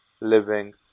living